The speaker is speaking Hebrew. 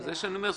זה מה שאני אומר,